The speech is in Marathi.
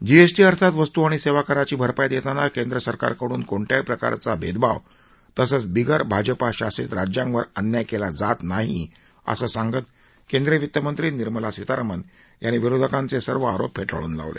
जीएसटी अर्थांत वस्तू आणि सेवा कराची भरपाई देताना केंद्र सरकारकडून कोणत्याही प्रकारचा भेदभाव तसंच बिगर भाजपा शासित राज्यांवर अन्याय कला जात नाही असं सांगत केंद्रीय वित्तमंत्री निर्मला सीतारामन यांनी विरोधकांचे सर्व आरोप फेटाळून लावले